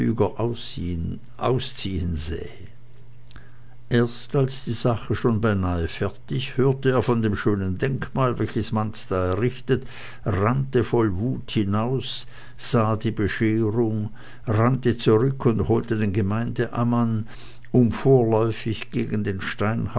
ausziehen sähe erst als die sache schon beinahe fertig hörte er von dem schönen denkmal welches manz da errichtet rannte voll wut hinaus sah die bescherung rannte zurück und holte den gemeindeammann um vorläufig gegen den